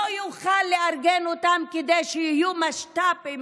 לא יוכל לארגן אותן כדי שיהיו משת"פים,